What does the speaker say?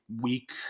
week